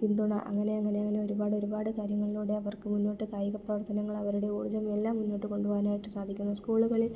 പിന്തുണ അങ്ങനെ അങ്ങനെ അങ്ങനെ ഒരുപാട് ഒരുപാട് കാര്യങ്ങളിലൂടെ അവർക്ക് മുന്നോട്ട് കായിക പ്രവർത്തനങ്ങൾ അവരുടെ ഊർജ്ജം എല്ലാം മുന്നോട്ടുകൊണ്ടു പോകുവാനായിട്ട് സാധിക്കുന്നു സ്കൂളുകളിൽ